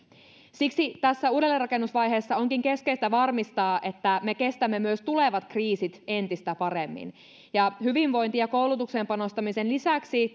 siksi tässä uudelleenrakennusvaiheessa onkin keskeistä varmistaa että me kestämme myös tulevat kriisit entistä paremmin hyvinvointiin ja koulutukseen panostamisen lisäksi